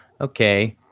Okay